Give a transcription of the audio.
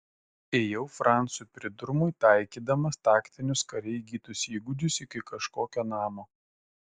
ėjau francui pridurmui taikydamas taktinius kare įgytus įgūdžius iki kažkokio namo